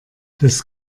das